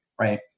right